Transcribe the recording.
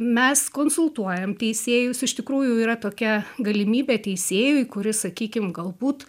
mes konsultuojam teisėjus iš tikrųjų yra tokia galimybė teisėjui kuris sakykim galbūt